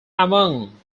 among